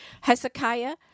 Hezekiah